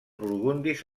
burgundis